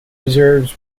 reserves